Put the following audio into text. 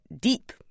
deep